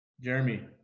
Jeremy